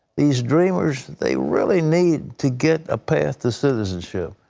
these dreamers they really need to get a path to citizenship.